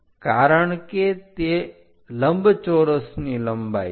કારણ કે તે લંબચોરસની લંબાઈ છે